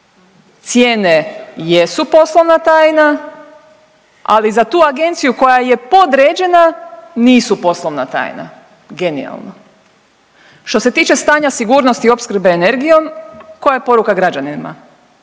cijene jesu poslovna tajna ali za tu agenciju koja je podređena nisu poslovna tajna. Genijalno! Što se tiče stanja sigurnosti i opskrbe energijom koja je poruka građanima.